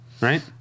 Right